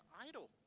idol